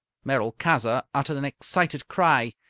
merolchazzar uttered an excited cry.